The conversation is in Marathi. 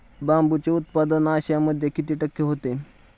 बांबूचे उत्पादन आशियामध्ये किती टक्के होते?